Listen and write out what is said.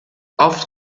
oft